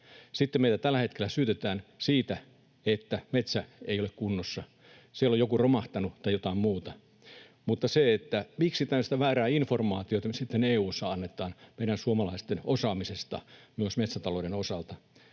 Sitten meitä tällä hetkellä syytetään siitä, että metsä ei ole kunnossa, siellä on joku romahtanut tai jotain muuta. Miksi tällaista väärää informaatiota nyt sitten EU:ssa annetaan meidän suomalaisten osaamisesta myös metsätalouden osalta?